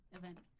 event